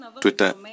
Twitter